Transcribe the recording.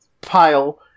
pile